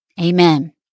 Amen